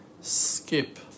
skip